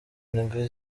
ndwi